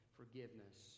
forgiveness